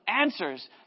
answers